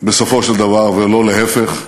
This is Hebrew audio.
בסופו של דבר, ולא להפך,